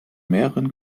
mehreren